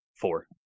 four